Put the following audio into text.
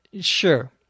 Sure